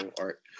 art